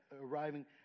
arriving